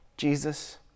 Jesus